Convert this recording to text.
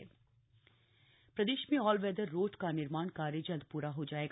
मुख्य सचिव प्रदेश में ऑल वेदर रोड का निर्माण कार्य जल्द पूरा हो जाएगा